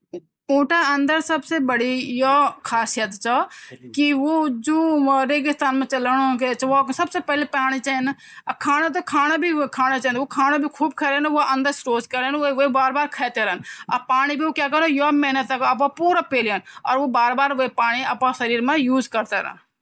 जू चॉपस्टिक्स वन वे त भौत काम च वै हमुन क्वे चीज़ हमुन पैक कन वे मा भी काम ओनू हमो दाँतों गंध निकान भी काम वहनु क्वे चीज़ हमुन खौंण म भी यन फरूट खाण त वे बीठीन हम पकड़ सकन औं आ जू जू हमा फोक च फोक भी हमा ये कामों वे भी हम द यन के त डब्बे के हम वे पकड़ के खे सकन और जू चाकू च चाकू हमार काटणो काम ओनू त ये मा य फोक भी चाकू भी य चॉपस्टिक भौत काम च खाणो खाण मा